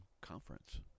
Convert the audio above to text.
conference